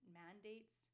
mandates